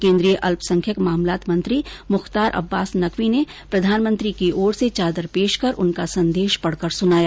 केन्द्रीय अल्पसंख्यक मामलात मंत्री मुख्तार अब्बास नकवी ने प्रधानमंत्री की ओर से चादर पेश कर उनका संदेश पढ कर सुनाया